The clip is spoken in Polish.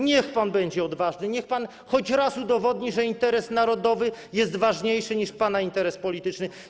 Niech pan będzie odważny, niech pan choć raz udowodni, że interes narodowy jest ważniejszy niż pana interes polityczny.